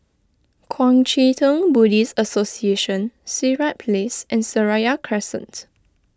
Kuang Chee Tng Buddhist Association Sirat Place and Seraya Crescent